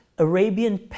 Arabian